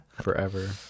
forever